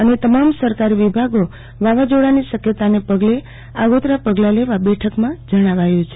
અને તમામ સરકારી વિભાગે વાવાઝોડાની શક્યતાને પગલે આગોતરા પગલા લેવા બેઠકમાં જણાવાયુ છે